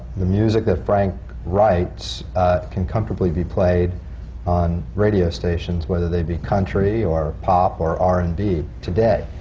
the music that frank writes can comfortably be played on radio stations, whether they be country or pop or r and b, today.